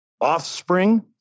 offspring